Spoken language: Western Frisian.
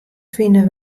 fine